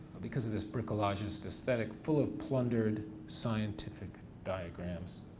because of this bricolageist aesthetic, full of plundered scientific diagrams